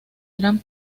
gran